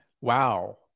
Wow